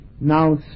now